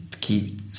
keep